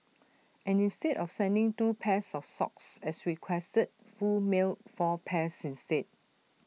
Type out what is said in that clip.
and instead of sending two pairs of socks as requested Foo mailed four pairs instead